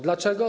Dlaczego?